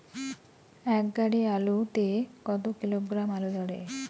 এক গাড়ি আলু তে কত কিলোগ্রাম আলু ধরে?